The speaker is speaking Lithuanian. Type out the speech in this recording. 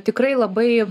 tikrai labai